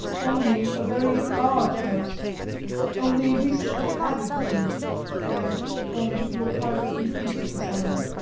one being a very large house only recently added to and formed into a private lunatic asylum.